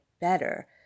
better